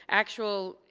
actual,